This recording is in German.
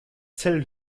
zell